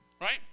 right